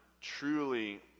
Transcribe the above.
truly